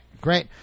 great